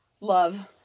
Love